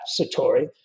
satori